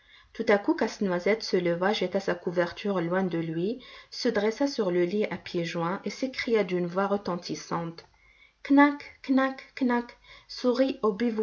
tout à coup casse-noisette se leva jeta sa couverture loin de lui se dressa sur le lit à pieds joints et s'écria d'une voix retentissante